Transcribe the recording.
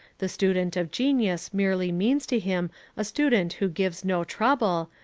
the student of genius merely means to him a student who gives no trouble,